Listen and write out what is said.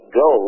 go